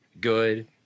good